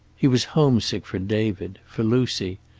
he was homesick for david, for lucy,